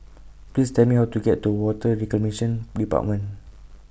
Please Tell Me How to get to Water Reclamation department